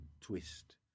twist